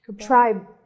tribe